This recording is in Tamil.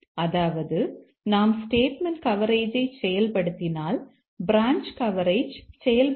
அதாவது நாம் ஸ்டேட்மெண்ட் கவரேஜை செயல் படுத்தினால் பிரான்ச் கவரேஜ் செயல்படுத்தப்பட்டுள்ளது என்று அர்த்தமல்ல